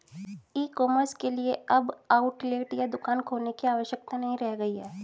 ई commerce के लिए अब आउटलेट या दुकान खोलने की आवश्यकता नहीं रह गई है